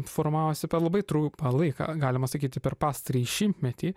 formavosi per labai trumpą laiką galima sakyti per pastarąjį šimtmetį